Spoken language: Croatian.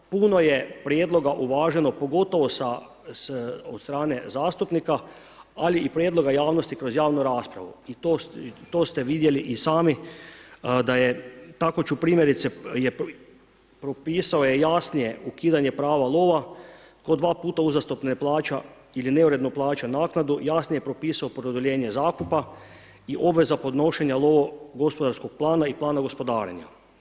Puno je prijedloga uvaženo, pogotovo od strane zastupnika, ali i prijedloga javnosti kroz javnu raspravu i to ste vidjeli i sami da je tako ću primjerice, propisao je jasnije, ukidanje prava lova tko dva puta uzastopce ne plaća ili neuredno plaća naknadu jasnije propisao produljenje zakupa i obveza podnošenja lovogospodarskog plana i plana gospodarenja.